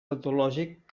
patològic